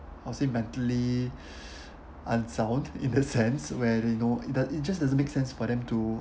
I'll say mentally unsound in a sense where they know it does~ it just doesn't make sense for them to